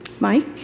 Mike